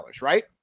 Right